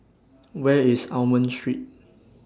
Where IS Almond Street